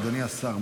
אדוני השר,